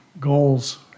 goals